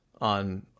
on